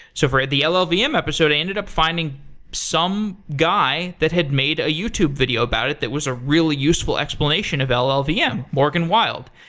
so for the yeah llvm um episode, i ended up finding some guy that had made a youtube video about it that was a really useful explanation of ah ah llvm, yeah morgan wild,